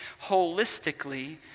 holistically